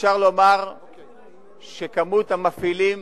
ואפשר לומר שכמות המפעילים